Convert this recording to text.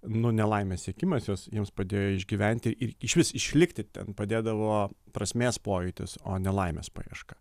nu ne laimės siekimas juos jiems padėjo išgyventi ir išvis išlikti ten padėdavo prasmės pojūtis o ne laimės paieška